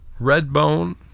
Redbone